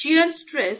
shear stress